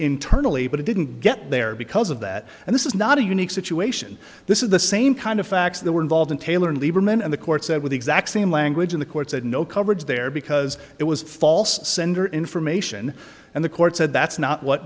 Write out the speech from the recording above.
internally but it didn't get there because of that and this is not a unique situation this is the same kind of facts that were involved in taylor and lieberman and the court said with exact same language in the court said no coverage there because it was false sender information and the court said that's not what